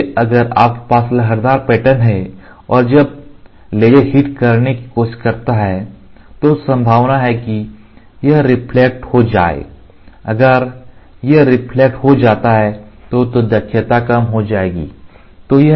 क्योंकि अगर आपके पास लहरदार पैटर्न है और जब लेजर हिट करने की कोशिश करता है तो संभावना है कि यह रिफ्लेक्ट हो जाए अगर यह रिफ्लेक्ट हो जाता है तो दक्षता कम हो जाएगी